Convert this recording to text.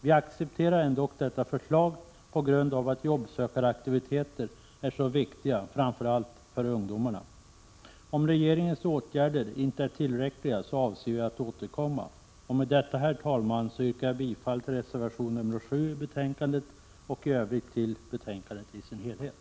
Vi accepterar ändå detta förslag på grund av att jobbsökaraktiviteter är så viktiga framför allt för ungdomar. Om regeringens åtgärder inte är tillräckliga avser vi att återkomma. Med detta, herr talman, yrkar jag bifall till reservation 7 i betänkandet och i Övrigt till utskottets hemställan.